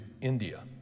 India